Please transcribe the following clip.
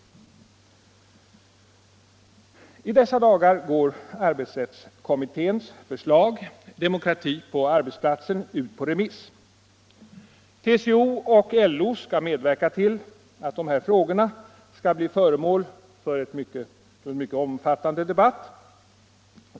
I dessa dagar går arbetsrättsutredningens förslag Demokrati på arbetsplatsen ut på remiss. TCO och LO skall medverka till att dessa frågor skall bli föremål för en mycket omfattande debatt.